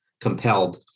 compelled